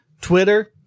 Twitter